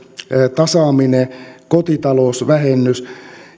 tasaaminen kotitalousvähennys